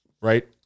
Right